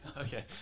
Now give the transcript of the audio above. Okay